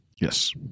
Yes